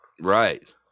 right